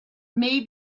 may